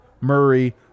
Murray